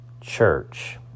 church